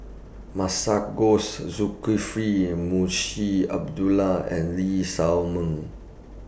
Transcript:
Masagos Zulkifli and Munshi Abdullah and Lee Shao Meng